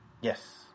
Yes